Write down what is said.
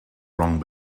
wrong